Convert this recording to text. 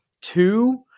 two